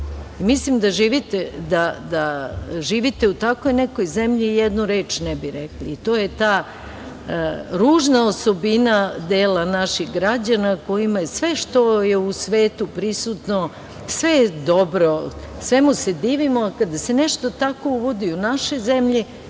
Mislim da živite u takvoj nekoj zemlji jednu reč ne bi rekli. To je ta ružna osobina dela naših građana kojima je sve što je u svetu prisutno dobro, svemu se divimo, a kada se nešto tako uvodi u našoj zemlji,